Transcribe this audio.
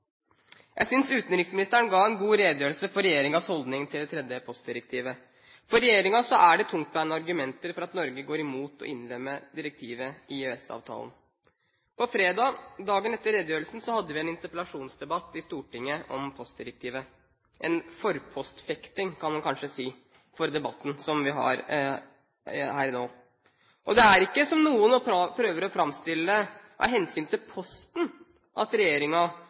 Jeg synes utenriksministeren ga en god redegjørelse for regjeringens holdning til det tredje postdirektivet. For regjeringen er det tungtveiende argumenter for at Norge går imot å innlemme direktivet i EØS-avtalen. På fredag, dagen etter redegjørelsen, hadde vi en interpellasjonsdebatt i Stortinget om postdirektivet – en forpostfekting, kan man kanskje si, for debatten som vi har her nå. Det er ikke, som noen prøver å framstille det, av hensyn til Posten at